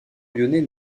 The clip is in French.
lyonnais